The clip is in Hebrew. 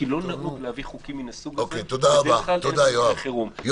כי לא נהוג להביא חוקים מן הסוג הזה בדרך כלל במקרי חירום.